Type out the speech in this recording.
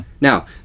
now